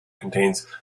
contains